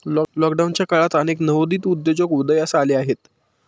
लॉकडाऊनच्या काळात अनेक नवोदित उद्योजक उदयास आले आहेत